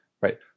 Right